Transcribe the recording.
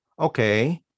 okay